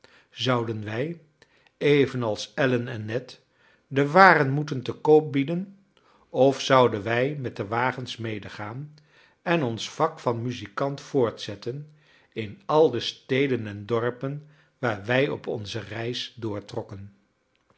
zouden wij evenals allen en ned de waren moeten te koop bieden of zouden wij met de wagens medegaan en ons vak van muzikant voortzetten in al de steden en dorpen waar wij op onze reis